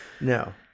no